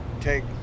take